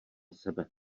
sebe